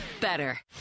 better